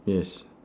yes